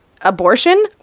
Abortion